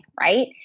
right